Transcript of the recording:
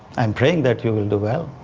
i'm praying that you will do well.